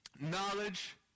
knowledge